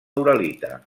uralita